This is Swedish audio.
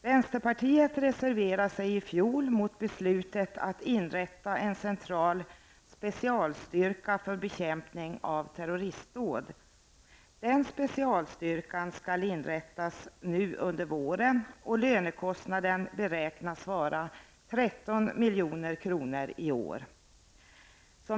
Vänsterpartiet reserverade sig i fjol mot beslutet att inrätta en central specialstyrka för bekämpning av terroristdåd. Den specialstyrkan skall inrättas nu under våren, och lönekostnaderna beräknas till 13 milj.kr. i år.